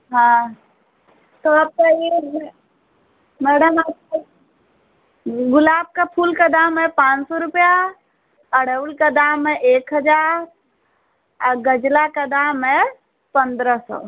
हाँ तो आपका यह मैडम आपको गुलाब का फूल का दाम है पाँच सौ रुपये अड़हुल का दाम है एक हज़ार और गजला का दाम है पंद्रह सौ